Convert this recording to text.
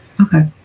okay